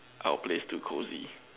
our place too cosy